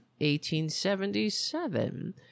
1877